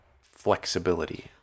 flexibility